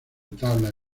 tabla